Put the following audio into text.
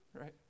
right